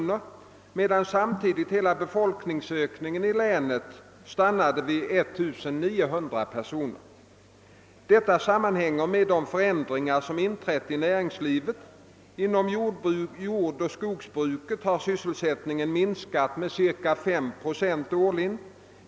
ner, medan samtidigt hela befolkningsökningen i länet stannade vid 1900 personer. Detta sammanhänger med de förändringar som inträtt i näringslivet. Inom jordoch skogsbruket har sysselsättningen minskat med cirka 5 procent årligen.